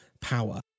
power